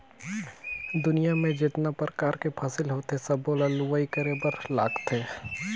दुनियां में जेतना परकार के फसिल होथे सबो ल लूवाई करे बर लागथे